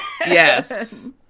Yes